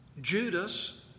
Judas